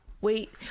wait